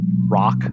rock